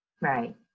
Right